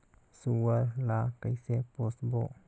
सुअर ला कइसे पोसबो?